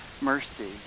mercy